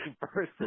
person